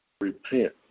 repent